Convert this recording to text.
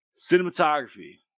Cinematography